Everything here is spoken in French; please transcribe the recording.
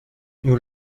nous